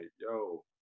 yo